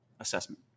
assessment